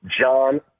John